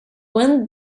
wind